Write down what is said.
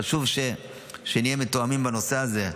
חשוב שנהיה מתואמים בנושא הזה.